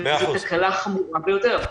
וזו תקלה חמורה ביותר.